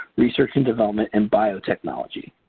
research and development and biotechnology,